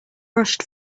rushed